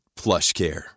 PlushCare